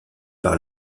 par